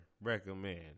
recommend